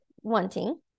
wanting